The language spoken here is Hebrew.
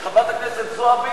כי חברת הכנסת זועבי,